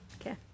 Okay